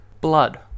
blood